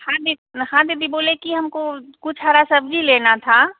हाँ दी हाँ दीदी बोले कि हमको कुछ हरा सब्जी लेना था